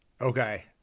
Okay